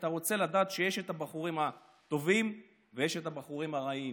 אתה רוצה לדעת שיש את הבחורים הטובים ויש את הבחורים הרעים,